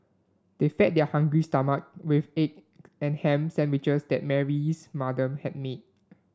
they fed their hungry stomach with egg and ham sandwiches that Mary's mother had made